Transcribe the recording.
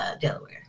Delaware